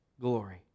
glory